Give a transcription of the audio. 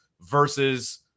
versus